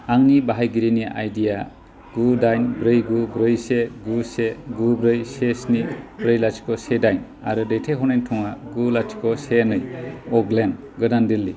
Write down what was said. आंनि बाहायगिरिनि आइडि आ गु दाइन ब्रै गु ब्रै से गु से गु ब्रै से स्नि ब्रै लाथिख से दाइन आरो दैथाय हरनायनि थङा गु लाथिख से नै अगलेन्ड गोदान दिल्ली